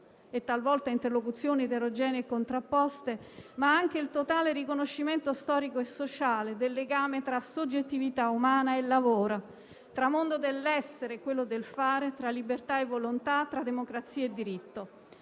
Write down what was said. talvolta interlocuzioni eterogenee contrapposte, ma anche il totale riconoscimento storico e sociale del legame tra soggettività umana e lavoro, tra mondo dell'essere e quello del fare, tra libertà e volontà, tra democrazia e diritto.